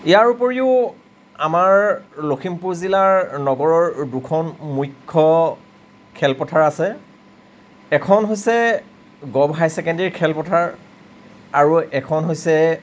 ইয়াৰ উপৰিও আমাৰ লখিমপুৰ জিলাৰ নগৰৰ দুখন মুখ্য খেলপথাৰ আছে এখন হৈছে গ'ভ হায়াৰ ছেকেণ্ডেৰি খেলপথাৰ আৰু এখন হৈছে